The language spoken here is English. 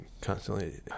constantly